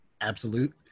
Absolute